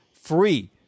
free